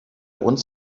uns